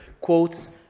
quotes